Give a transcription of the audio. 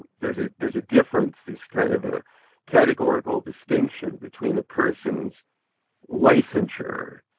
there's ah there's a difference, there's kind of a categorical distinction between a person's licensure